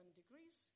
degrees